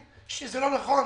שזה לא נכון.